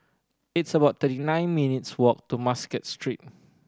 it's about thirty nine minutes' walk to Muscat Street